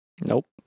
Nope